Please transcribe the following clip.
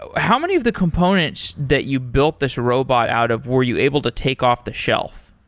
ah how many of the components that you built this robot out of were you able to take off-the-shelf?